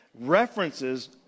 references